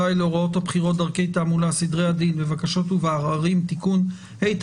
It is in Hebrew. הבחירות (דרכי תעמולה) (תיקון מס' ...) (עיגון